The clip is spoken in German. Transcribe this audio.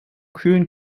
kühlen